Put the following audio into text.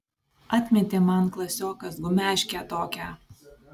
atmetė man klasiokas gumeškę tokią